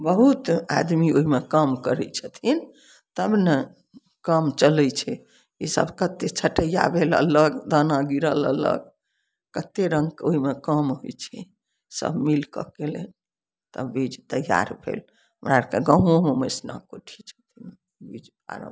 बहुत आदमी ओइमे काम करय छथिन तबने काम चलय छै ई सब कते छटैया भेलऽ लग तना गिरल रहलक कते रङ्गके ओहिमे काम होइ छै सब मिलकऽ कयलनि तब बीज तैयार भेल हमरा आरके गाँवोमे मेसना कोठी छथिन